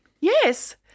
yes